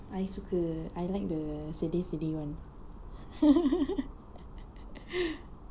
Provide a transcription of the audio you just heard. I suka I like the sedih-sedih one